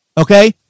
Okay